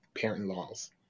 parent-in-laws